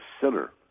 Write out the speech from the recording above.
sinner